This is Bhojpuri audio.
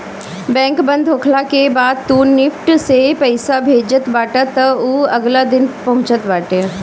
बैंक बंद होखला के बाद तू निफ्ट से पईसा भेजत बाटअ तअ उ अगिला दिने पहुँचत बाटे